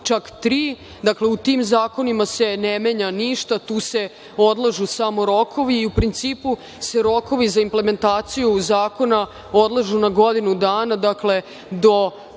čak tri. Dakle, u tim zakonima se ne menja ništa. Tu se samo odlažu rokovi i u principu se rokovi za implementaciju zakona odlažu na godinu dana, do